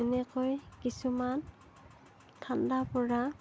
এনেকৈ কিছুমান ঠাণ্ডা পৰা